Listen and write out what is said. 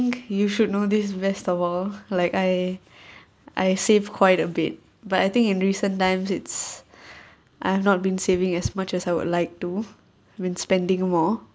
you should know this best of all like I I saved quite a bit but I think in recent times it's I have not been saving as much as I would like to when spending more